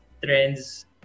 trends